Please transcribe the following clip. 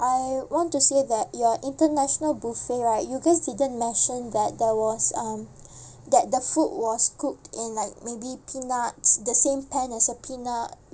I want to say that your international buffet right you guys didn't mention that there was um that the food was cooked in like maybe peanuts the same pan as a peanut